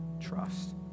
trust